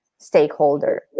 stakeholder